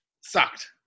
sucked